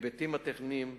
בהיבטים הטכניים,